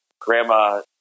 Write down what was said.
Grandma